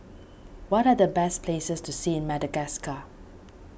what are the best places to see in Madagascar